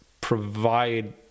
provide